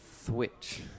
Switch